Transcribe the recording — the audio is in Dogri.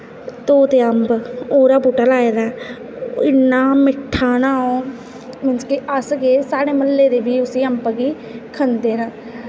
तोते अम्ब ओह्दा बूह्टा लाए दा ऐ इन्ना मिट्ठा न ओह् मतलब कि अस केह् साढ़े मह्ल्ले दे बी उस्सी खंदे न